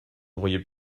auriez